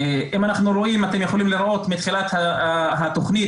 אתם יכולים לראות שמתחילת התכנית,